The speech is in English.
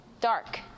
dark